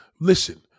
listen